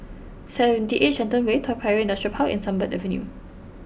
Seventy Eight Shenton Way Toa Payoh Industrial Park and Sunbird Avenue